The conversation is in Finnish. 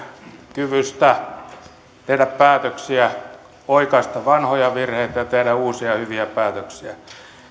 kyvystä tehdä päätöksiä oikaista vanhoja virheitä ja tehdä uusia hyviä päätöksiä